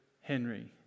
Henry